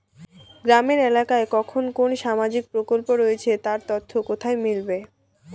গ্রামের এলাকায় কখন কোন সামাজিক প্রকল্প রয়েছে তার তথ্য কোথায় মিলবে?